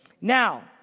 Now